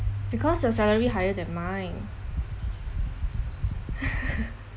because your salary higher than mine